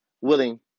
willing